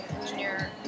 engineer